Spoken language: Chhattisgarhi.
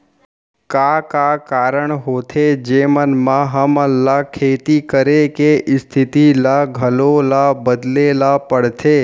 का का कारण होथे जेमन मा हमन ला खेती करे के स्तिथि ला घलो ला बदले ला पड़थे?